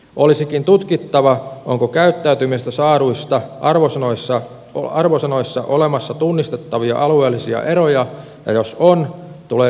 olisikin tutkittava onko käyttäytymisestä saaduissa arvosanoissa olemassa tunnistettavia alueellisia eroja ja jos on tulee syyt selvittää